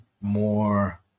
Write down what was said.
more